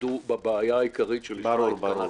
יתמקדו בבעיה העיקרית של יוצאי צד"ל,